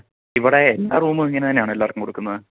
ഇവിടെ എല്ലാ റൂമും ഇങ്ങനെ തന്നെയാണോ എല്ലാവർക്കും കൊടുക്കുന്നത്